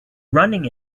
running